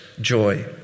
joy